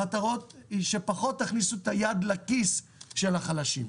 המטרה היא שפחות תכניסו את היד לכיס של החלשים.